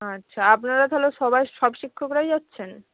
আচ্ছা আপনারা তাহলে সবাই সব শিক্ষকরাই যাচ্ছেন